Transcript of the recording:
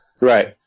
Right